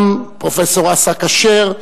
גם פרופסור אסא כשר,